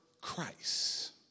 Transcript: Christ